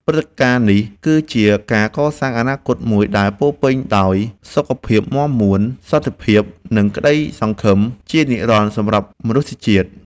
ព្រឹត្តិការណ៍នេះគឺជាការកសាងអនាគតមួយដែលពោរពេញដោយសុខភាពមាំមួន សន្តិភាព និងក្ដីសង្ឃឹមជានិរន្តរ៍សម្រាប់មនុស្សជាតិ។